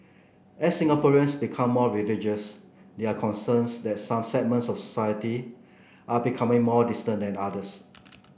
as Singaporeans become more religious there are concerns that some segments of society are becoming more distant and others